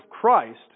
Christ